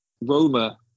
Roma